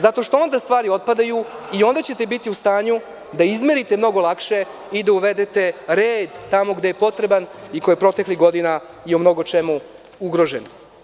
Zato što onda stvari otpadaju i onda ćete biti u stanju da izmerite mnogo lakše i da uvedete red tamo gde je potreban i koji je proteklih godina bio ugrožen.